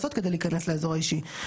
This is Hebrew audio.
ואפשרת רוצה להרחיב.